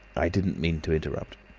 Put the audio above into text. i didn't mean to interrupt.